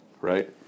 right